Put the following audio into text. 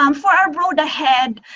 um for our road ahead,